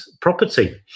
property